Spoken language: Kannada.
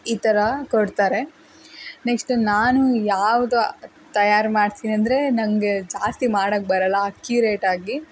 ಈ ಥರ ಕೊಡ್ತಾರೆ ನೆಕ್ಸ್ಟು ನಾನು ಯಾವುದು ತಯಾರು ಮಾಡ್ತೀನಿ ಅಂದರೆ ನನಗೆ ಜಾಸ್ತಿ ಮಾಡೋಕೆ ಬರೋಲ್ಲ ಅಕ್ಯುರೇಟ್ ಆಗಿ